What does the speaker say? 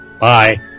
Bye